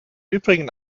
übrigen